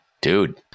dude